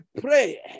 pray